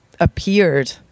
appeared